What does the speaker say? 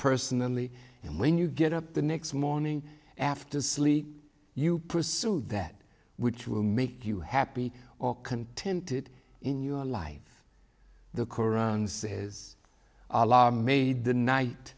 personally and when you get up the next morning after a sleep you pursue that which will make you happy or contented in your life the koran's is made the night